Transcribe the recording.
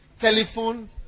telephone